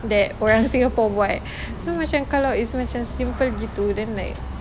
that orang singapore buat so macam kalau is macam simple gitu then like